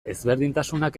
ezberdintasunak